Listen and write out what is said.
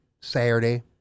Saturday